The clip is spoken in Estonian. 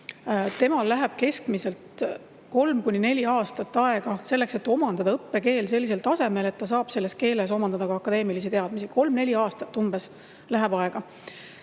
läheb keskmiselt kolm kuni neli aastat aega selleks, et omandada õppekeel sellisel tasemel, et ta saab selles keeles ka akadeemilisi teadmisi omandada. Umbes kolm-neli aastat läheb aega.